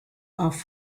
off